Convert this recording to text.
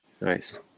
Nice